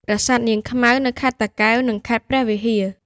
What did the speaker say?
ប្រាសាទនាងខ្មៅ នៅខេត្តតាកែវ និង ខេត្តព្រះវិហារ។